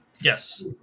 Yes